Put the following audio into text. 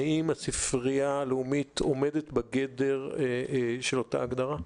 האם הספרייה הלאומית עומדת בגדר של אותה הגדרה?